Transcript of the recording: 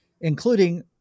including